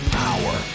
power